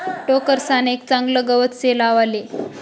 टोकरसान एक चागलं गवत से लावले